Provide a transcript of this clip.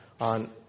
on